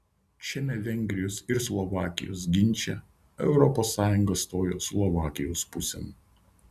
šiame vengrijos ir slovakijos ginče europos sąjunga stojo slovakijos pusėn